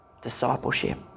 discipleship